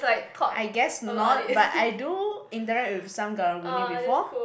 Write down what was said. I guess not but I do indirect with some Karang-Guni before